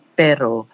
pero